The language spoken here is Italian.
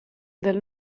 dal